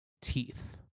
teeth